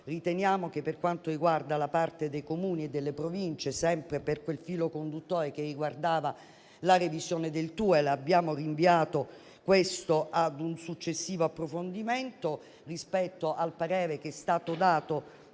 candidature. Per quanto riguarda la parte dei Comuni e delle Province, sempre per quel filo conduttore che riguardava la revisione del TUEL, abbiamo rinviato questo ad un successivo approfondimento, rispetto al parere che è stato dato